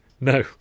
no